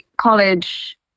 college